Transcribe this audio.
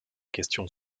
question